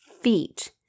feet